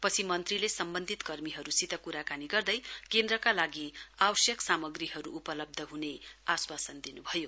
पछि मन्त्रीले सम्बन्धिक कर्मीहरूसित कुराकानी गर्दै केन्द्रका लागि आवश्यक सामाग्रीहरू उपलब्ध हुने आश्वासन दिन् भयो